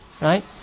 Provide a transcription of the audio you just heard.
Right